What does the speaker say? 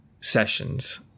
sessions